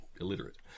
illiterate